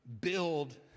build